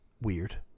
weird